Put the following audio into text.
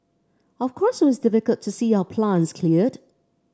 of course it was difficult to see our plants cleared